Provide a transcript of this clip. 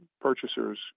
purchasers